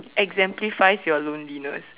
exemplifies your loneliness